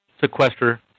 sequester